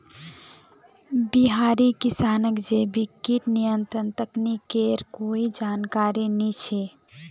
बिहारी किसानक जैविक कीट नियंत्रण तकनीकेर कोई जानकारी नइ छ